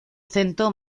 centro